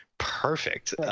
perfect